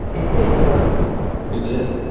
it did work it did.